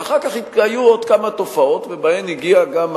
ואחר כך היו עוד כמה תופעות, ובהן הגיע גם האסלאם,